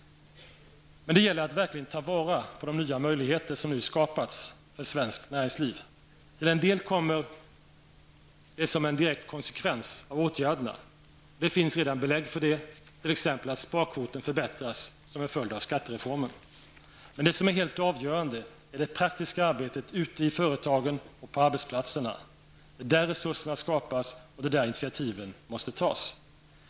Men det gäller att verkligen ta vara på de nya möjligheter som nu har skapats för svenskt näringsliv. Till en del kommer det som en direkt konsekvens av åtgärderna. Det finns redan belägg för det, t.ex. att sparkvoten förbättras som en följd av skattereformen. Men det som är helt avgörande är det praktiska arbetet ute i företagen och på arbetsplatserna. Det är där resurserna skapas, och det är där initiativen måste tas.